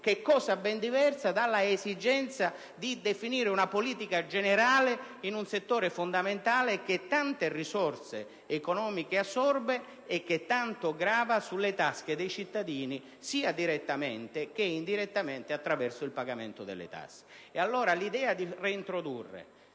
ciò è cosa ben diversa dall'esigenza di definire una politica generale in un settore fondamentale che tante risorse economiche assorbe e che tanto grava sulle tasche dei cittadini, sia direttamente che indirettamente, attraverso il pagamento delle tasse. Allora, l'idea di reintrodurre